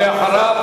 ואחריו,